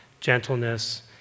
gentleness